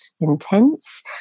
intense